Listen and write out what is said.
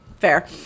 Fair